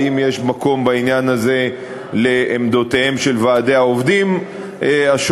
האם יש מקום בעניין הזה לעמדותיהם של ועדי העובדים השונים?